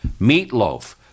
Meatloaf